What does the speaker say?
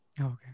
Okay